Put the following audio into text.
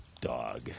dog